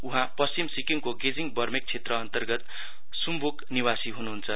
उहाँ पश्चिम सिक्किमको गेजिङ वर्मेक क्षेत्र अन्तर्गत सुमबुक निवासी हुनुहुन्छ